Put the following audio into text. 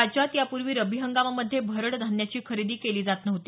राज्यात यापूर्वी रब्बी हंगामामध्ये भरड धान्याची खरेदी केली जात नव्हती